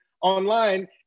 online